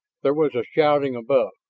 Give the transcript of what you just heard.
there was a shouting above,